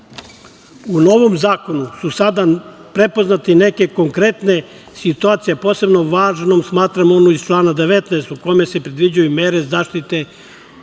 novom zakonu su sada prepoznate i neke konkretne situacije, a posebno važnom smatram onu iz člana 19. u kome se predviđaju mere zaštite od